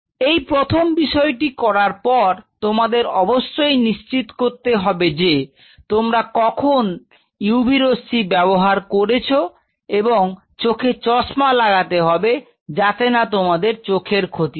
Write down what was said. এই প্রথম বিষয়টি করার পর তোমাদের অবশ্যই নিশ্চিত করতে হবে যে তোমরা কখন UV রশ্মি ব্যবহার করেছ এবং চোখে চশমা লাগাতে হবে যাতে না তোমার চোখের ক্ষতি হয়